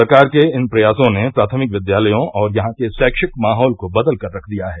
सरकार के इन प्रयासों ने प्राथमिक विद्यालयों और यहां के शैक्षिक माहौल को बदल कर रख दिया है